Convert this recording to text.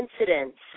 incidents